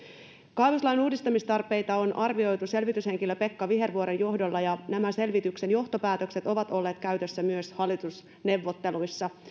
kaivoslain uudistamistarpeita on arvioitu selvityshenkilö pekka vihervuoren johdolla ja nämä selvityksen johtopäätökset ovat olleet käytössä myös hallitusneuvotteluissa